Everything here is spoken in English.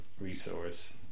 resource